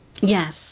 Yes